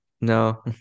No